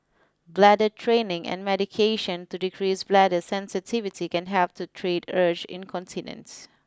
bladder training and medication to decrease bladder sensitivity can help to treat urge incontinence